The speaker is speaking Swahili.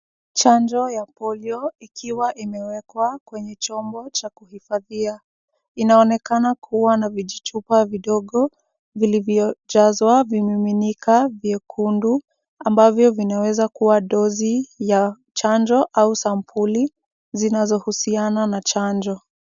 Chanjo ya polio ikiwa imewekwa kwenye chombo cha kuhifadhia. Inaonekana kuwa na vijichupa vidogo, viliyojazwa vimiminika vyekundu, ambavyo vinaweza kuwa dozi ya chanjo au sampuli zinazohusiana na chanjo.